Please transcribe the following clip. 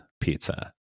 pizza